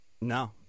No